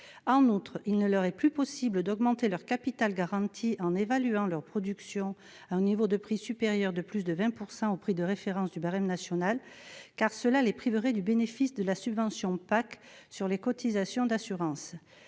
En outre, il ne leur est plus possible d'augmenter leur capital garanti en évaluant leur production à un niveau de prix supérieur de plus de 20 % au prix de référence du barème national, car cela les priverait du bénéfice de la subvention politique agricole